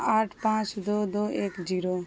آٹھ پانچ دو دو ایک جیرو